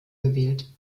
gewählt